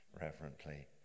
reverently